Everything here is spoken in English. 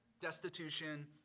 destitution